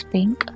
Pink